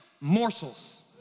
morsels